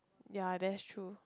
ya that's true